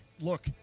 look